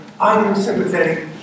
unsympathetic